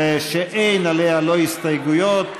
שאין עליה הסתייגויות.